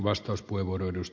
arvoisa puhemies